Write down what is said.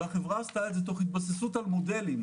ועשתה זאת תוך התבססות על מודלים.